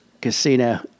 Casino